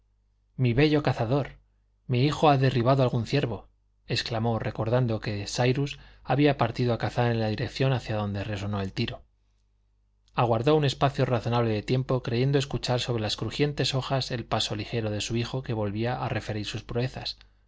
mi bello cazador mi hijo ha derribado algún ciervo exclamó recordando que cyrus había partido a cazar en la dirección hacia donde resonó el tiro aguardó un espacio razonable de tiempo creyendo escuchar sobre las crujientes hojas el paso ligero de su hijo que volvía a referir sus proezas